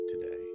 today